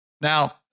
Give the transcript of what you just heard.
Now